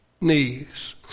knees